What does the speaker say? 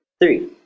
three